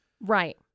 Right